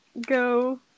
Go